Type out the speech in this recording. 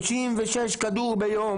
36 כדורים ביום